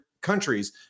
countries